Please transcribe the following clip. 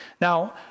Now